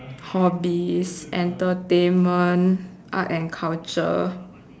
hobbies entertainment art and culture